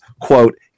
quote